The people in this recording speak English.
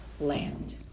land